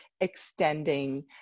extending